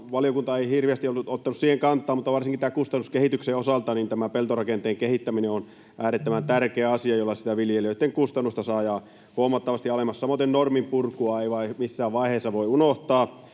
Valiokunta ei hirveästi ollut ottanut siihen kantaa, mutta varsinkin kustannuskehityksen osalta tämä peltorakenteen kehittäminen on äärettömän tärkeä asia, jolla sitä viljelijöitten kustannusta saadaan huomattavasti alemmas. Samoiten norminpurkua ei missään vaiheessa voi unohtaa.